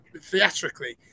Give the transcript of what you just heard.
theatrically